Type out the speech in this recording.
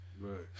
Right